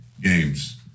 games